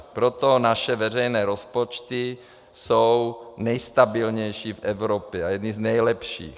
Proto naše veřejné rozpočty jsou nejstabilnější v Evropě a jedny z nejlepších.